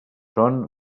són